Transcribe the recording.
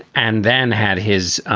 and then had his